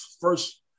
first